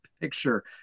picture